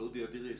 ואודי אדירי יסכם.